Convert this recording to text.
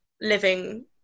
living